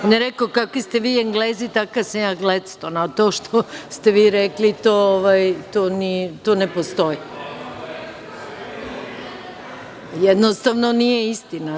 On je rekao – kakvi ste vi Englezi, takav sam ja Gledston, a to što ste vi rekli to ne postoji, jednostavno nije istina.